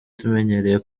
tumenyereye